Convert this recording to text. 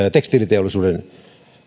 kuitupuuta tekstiiliteollisuuden